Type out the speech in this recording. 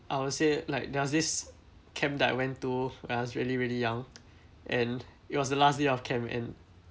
I would say like there was this camp that I went to when I was really really young and it was the last day of camp and